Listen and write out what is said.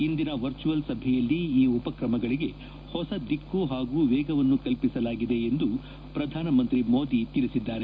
ಇಂದಿನ ವರ್ಚುಯಲ್ ಸಭೆಯಲ್ಲಿ ಈ ಉಪ್ರಹಮಗಳಿಗೆ ಹೊಸ ದಿಕ್ಕು ಹಾಗೂ ವೇಗವನ್ನು ಕಲ್ಪಿಸಲಾಗಿದೆ ಎಂದು ಪ್ರಧಾನಿ ಮೋದಿ ತಿಳಿಸಿದ್ದಾರೆ